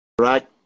right